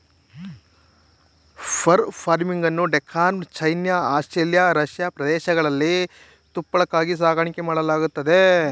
fur ಫಾರ್ಮಿಂಗನ್ನು Denmark, China, Australia, Russia ದೇಶಗಳಲ್ಲಿ ತುಪ್ಪಳಕ್ಕಾಗಿ ಸಾಕಣೆ ಮಾಡಲಾಗತ್ತದೆ